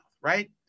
right